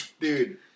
Dude